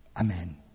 Amen